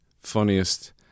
funniest